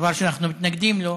דבר שאנחנו מתנגדים לו,